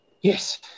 yes